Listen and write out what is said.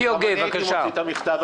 אני מסכים